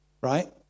right